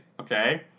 okay